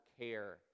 care